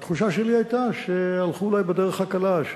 התחושה שלי היתה שהלכו אולי בדרך הקלה,